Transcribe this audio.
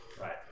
Right